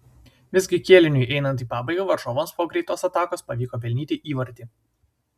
visgi kėliniui einant į pabaigą varžovams po greitos atakos pavyko pelnyti įvartį